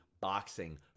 boxing